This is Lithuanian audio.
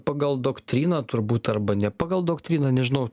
pagal doktriną turbūt arba ne pagal doktriną nežinau